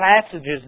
passages